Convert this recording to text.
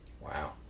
Wow